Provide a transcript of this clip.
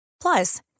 Plus